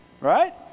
Right